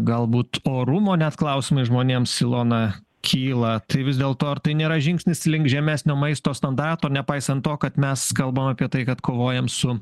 galbūt orumo net klausimai žmonėms ilona kyla tai vis dėl to ar tai nėra žingsnis link žemesnio maisto standarto nepaisant to kad mes kalbam apie tai kad kovojam su